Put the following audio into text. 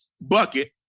Bucket